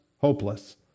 hopeless